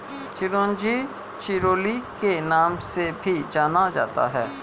चिरोंजी चिरोली के नाम से भी जाना जाता है